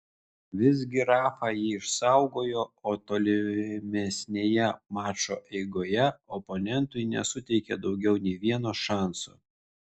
visgi rafa jį išsaugojo o tolimesnėje mačo eigoje oponentui nesuteikė daugiau nei vieno šanso